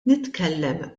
nitkellem